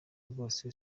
rwose